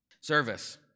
Service